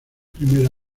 primer